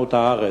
ושלמות הארץ,